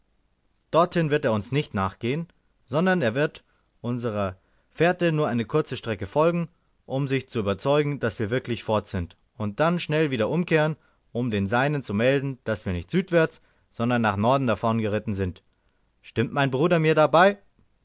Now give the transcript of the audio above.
dorthin wird er uns nicht nachgehen sondern er wird unserer fährte nur eine kurze strecke folgen um sich zu überzeugen daß wir wirklich fort sind und dann schnell wieder umkehren um den seinen zu melden daß wir nicht südwärts sondern nach norden davongeritten sind stimmt mein bruder mir da